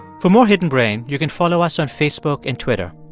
for more hidden brain, you can follow us on facebook and twitter.